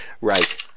Right